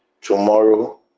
tomorrow